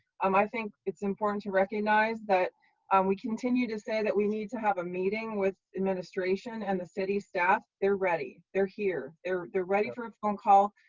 um i think it's important to recognize that um we continue to say that we need to have a meeting with administration and the city staff, they're ready, they're here, they're they're ready for um call.